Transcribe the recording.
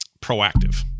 proactive